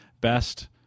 best